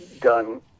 done